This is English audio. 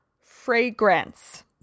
fragrance